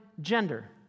gender